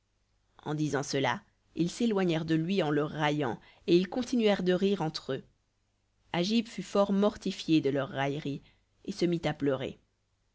en disant cela ils s'éloignèrent de lui en le raillant et ils continuèrent de rire entre eux agib fut fort mortifié de leurs railleries et se mit à pleurer